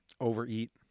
overeat